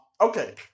Okay